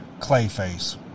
Clayface